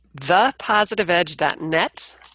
thepositiveedge.net